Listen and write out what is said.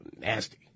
nasty